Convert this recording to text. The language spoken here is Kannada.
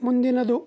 ಮುಂದಿನದು